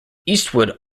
eastwood